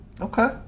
okay